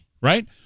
right